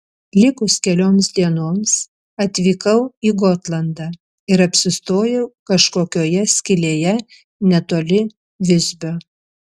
likus kelioms dienoms atvykau į gotlandą ir apsistojau kažkokioje skylėje netoli visbio